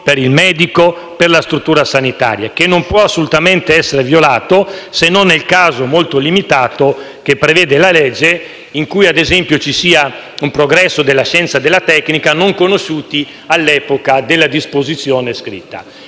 per il medico e per la struttura sanitaria che non può assolutamente essere violato, se non nel caso molto limitato, che prevede la legge, in cui ci sia un progresso della scienza e della tecnica non conosciuto all'epoca della disposizione scritta.